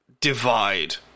divide